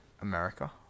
America